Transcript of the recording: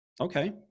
Okay